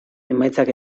emaitzak